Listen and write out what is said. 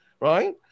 right